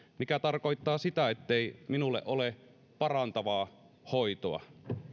mikä tarkoittaa sitä ettei minulle ole parantavaa hoitoa